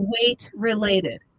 weight-related